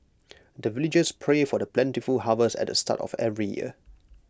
the villagers pray for the plentiful harvest at the start of every year